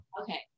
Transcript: Okay